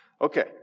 Okay